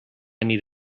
need